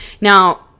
now